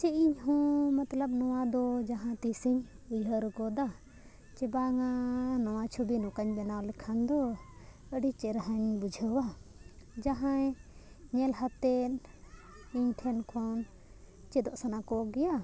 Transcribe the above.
ᱪᱮᱫ ᱤᱧ ᱦᱚᱸ ᱢᱚᱛᱞᱚᱵ ᱱᱚᱣᱟ ᱫᱚ ᱡᱟᱦᱟᱸ ᱛᱤᱥ ᱤᱧ ᱩᱭᱦᱟᱹᱨ ᱜᱚᱫᱟ ᱡᱮ ᱵᱟᱝ ᱱᱚᱣᱟ ᱪᱷᱚᱵᱤ ᱱᱚᱝᱠᱟᱧ ᱵᱮᱱᱟᱣ ᱞᱮᱠᱷᱟᱱ ᱫᱚ ᱟᱹᱰᱤ ᱪᱮᱦᱨᱟᱧ ᱵᱩᱡᱷᱟᱹᱣᱟ ᱡᱟᱦᱟᱸᱭ ᱧᱮᱞ ᱦᱟᱛᱮᱫ ᱤᱧ ᱴᱷᱮᱱ ᱠᱷᱚᱱ ᱪᱮᱫᱚᱜ ᱥᱟᱱᱟ ᱠᱚᱜᱮᱭᱟ